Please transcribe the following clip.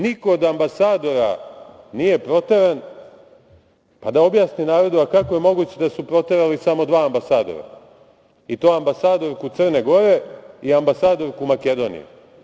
Niko od ambasadora nije proteran, pa da objasni narodu kako je moguće da su proterali samo dva ambasadora, i to ambasadorku Crne Gore i amabasadorku Makedonije?